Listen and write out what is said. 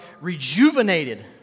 rejuvenated